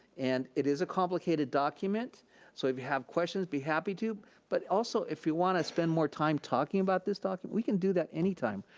and it is a complicated document so if you have questions, i'd be happy to but also if you wanna spend more time talking about this document, we can do that any time.